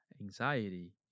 anxiety